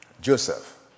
Joseph